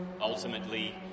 ultimately